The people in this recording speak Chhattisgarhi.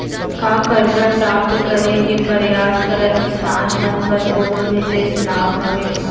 का करजा प्राप्त करे के परयास करत किसान मन बर कोनो बिशेष लाभ हवे?